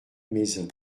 maisons